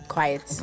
Quiet